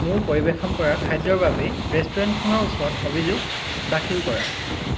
মোৰ পৰিৱেশন কৰা খাদ্যৰ বাবে ৰেষ্টুৰেণ্টখনৰ ওচৰত অভিযোগ দাখিল কৰা